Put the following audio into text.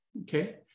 Okay